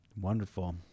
Wonderful